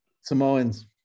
Samoans